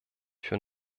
für